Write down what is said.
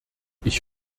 ich